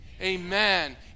Amen